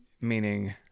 meaning